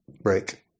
break